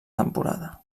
temporada